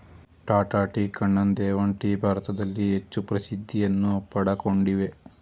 Tata tea, Kannan Devan tea ಭಾರತದಲ್ಲಿ ಹೆಚ್ಚು ಪ್ರಸಿದ್ಧಿಯನ್ನು ಪಡಕೊಂಡಿವೆ